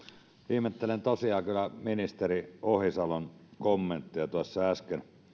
ihmettelen kyllä tosiaan ministeri ohisalon kommenttia tuossa äsken